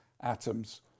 atoms